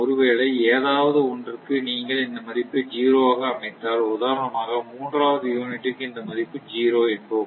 ஒருவேளை எதாவது ஒன்றுக்கு நீங்கள் இந்த மதிப்பை 0 ஆக அமைத்தால் உதாரணமாக மூன்றாவது யூனிட்டுக்கு இந்த மதிப்பு 0 என்போம்